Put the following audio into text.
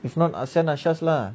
if not ashin ashash lah